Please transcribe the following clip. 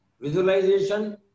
visualization